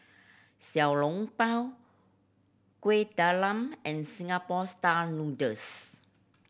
Xiao Long Bao Kueh Talam and Singapore Style Noodles